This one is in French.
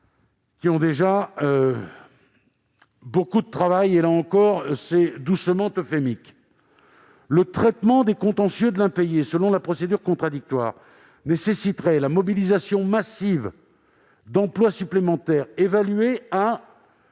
qui ont déjà beaucoup de travail- encore un doux euphémisme. Le traitement des contentieux de l'impayé selon la procédure contradictoire nécessiterait la mobilisation massive d'emplois supplémentaires, évaluée à